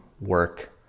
work